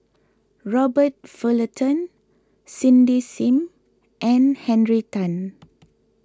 Robert Fullerton Cindy Sim and Henry Tan